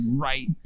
right